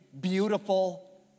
beautiful